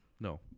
No